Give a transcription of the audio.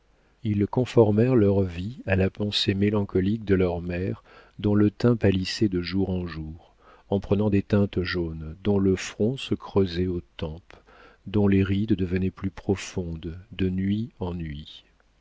ils conformèrent leur vie à la pensée mélancolique de leur mère dont le teint pâlissait de jour en jour en prenant des teintes jaunes dont le front se creusait aux tempes dont les rides devenaient plus profondes de nuit en